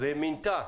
ומינתה